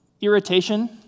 irritation